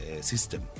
system